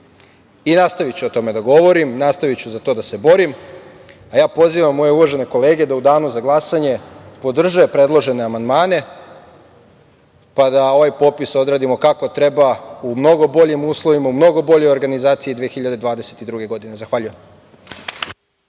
i nastaviću o tome da govorim, nastaviću za to da se borim. Pozivam moje uvažene kolege da u danu za glasanje podrže predložene amandmane, pa da ovaj popis odradimo kako treba u mnogo boljim uslovima, u mnogo boljoj organizaciji 2022. godine. Zahvaljujem.